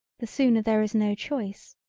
the sooner there is no choice,